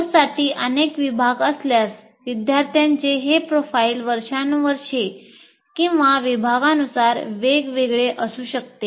कोर्ससाठी अनेक विभाग असल्यास विद्यार्थ्यांचे हे प्रोफाइल वर्षानुवर्षे किंवा विभागानुसार वेगवेगळे असू शकते